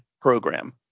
program